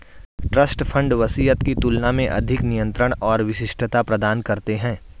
trust fund वसीयत की तुलना में अधिक नियंत्रण और विशिष्टता प्रदान करते हैं